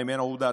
איימן עודה,